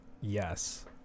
Yes